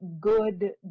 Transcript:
good